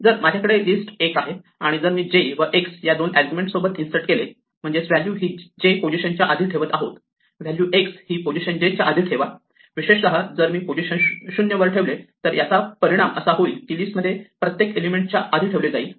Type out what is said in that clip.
जर माझ्याकडे list I आहे आणि जर मी j व x या दोन अर्ग्युमेण्ट सोबत इन्सर्ट केले म्हणजेच व्हॅल्यू ही j पोझिशन च्या आधी ठेवत आहोत व्हॅल्यू x ही पोझिशन j च्या आधी ठेवा विशेषतः जर मी पोझिशन 0 वर ठेवले तर याचा परिणाम असा होईल की लिस्टमध्ये काहीही प्रत्येक एलिमेंट च्या आधी ठेवले जाईल